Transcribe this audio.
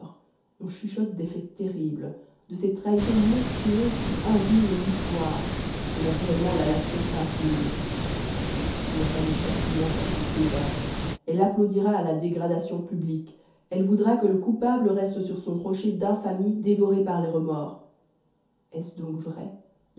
on chuchote des faits terribles de ces trahisons monstrueuses qui indignent l'histoire et naturellement la nation s'incline il n'y a pas de châtiment assez sévère elle applaudira à la dégradation publique elle voudra que le coupable reste sur son rocher d'infamie dévoré par le remords est-ce donc vrai